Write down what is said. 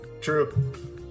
True